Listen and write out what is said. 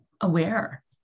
Aware